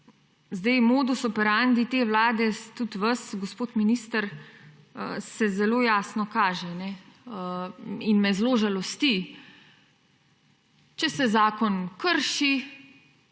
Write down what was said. gre. Modus operandi te vlade in tudi vas, gospod minister, se zelo jasne kaže. In me zelo žalosti. Če se zakon krši,